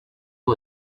who